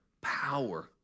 power